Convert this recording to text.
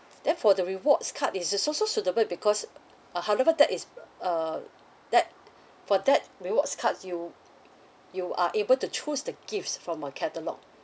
then for the rewards card it is also suitable because uh however that is uh that for that rewards cards you you are able to choose the gifts from our catalogue